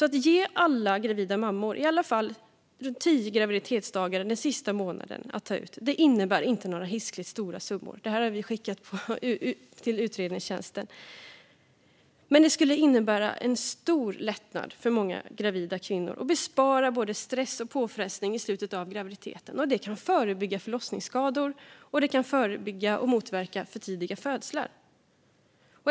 Att ge alla gravida mammor i alla fall runt tio graviditetsdagar att ta ut den sista månaden innebär inte några hiskeligt stora summor; vi har bett utredningstjänsten titta på det. Men det skulle innebära en stor lättnad för många gravida kvinnor och bespara dem både stress och påfrestning i slutet av graviditeten. Det kan också förebygga förlossningsskador och motverka för tidiga födslar.